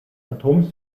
atoms